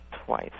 Twice